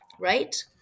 right